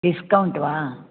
discount वा